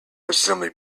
assemble